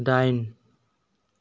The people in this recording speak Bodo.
दाइन